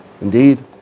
Indeed